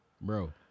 bro